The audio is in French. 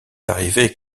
arrivé